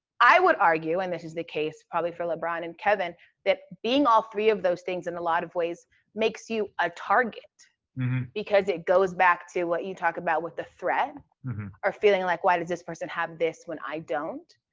i would argue and this is the case probably for lebron and kevin that being all three of those things in a lot of ways makes you a target because it goes back to what you talk about with the threat or feeling like, why does this person have this when i don't?